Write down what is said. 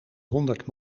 honderd